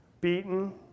beaten